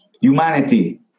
humanity